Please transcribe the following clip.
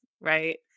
right